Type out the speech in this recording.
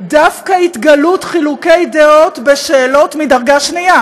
דווקא התגלות חילוקי דעות בשאלות מדרגה שנייה